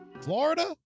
Florida